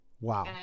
Wow